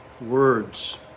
words